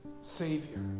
Savior